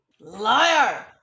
liar